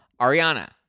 Ariana